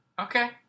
Okay